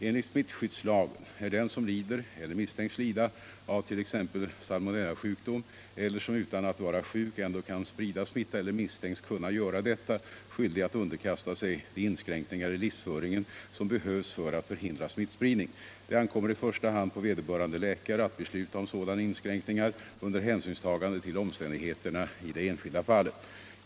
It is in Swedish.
Enligt smittskyddslagen är den som lider eller misstänks lida av t.ex. salmonellasjukdom eller som utan att vara sjuk ändå kan sprida smitta eller misstänks kunna göra detta skyldig att underkasta sig de inskränkningar i livsföringen som behövs för att förhindra smittspridning. Det ankommer i första hand på vederbörande läkare att besluta om sådana inskränkningar under hänsynstagande till omständigheterna i det enskilda fallet.